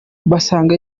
basanga